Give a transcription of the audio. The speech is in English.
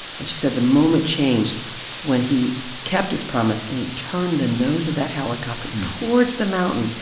and she said the moment changed when he kept his promise and he turned the nose of that helicopter towards the mountain.